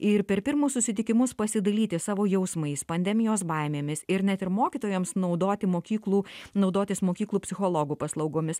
ir per pirmus susitikimus pasidalyti savo jausmais pandemijos baimėmis ir net ir mokytojams naudoti mokyklų naudotis mokyklų psichologų paslaugomis